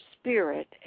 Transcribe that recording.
spirit